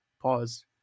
Pause